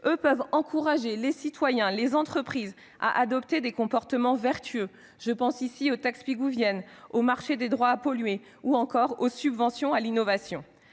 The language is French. peuvent encourager les citoyens et les entreprises à adopter des comportements vertueux : je pense aux taxes pigouviennes, au marché des droits à polluer ou encore aux subventions à l'innovation.